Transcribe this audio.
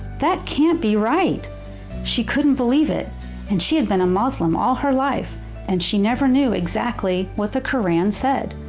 that can't be right she couldn't believe it and she had been a muslim all her life and never knew exactly what the quran said.